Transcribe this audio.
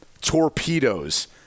torpedoes